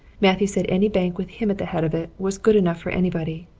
matthew said any bank with him at the head of it was good enough for anybody.